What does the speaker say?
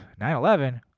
9-11